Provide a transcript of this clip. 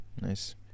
Nice